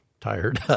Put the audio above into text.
tired